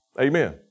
Amen